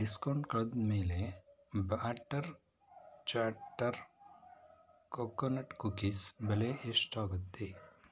discount ಕಳೆದ್ಮೇಲೆ batter chatter coconut cookies ಬೆಲೆ ಎಷ್ಟಾಗುತ್ತೆ